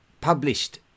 published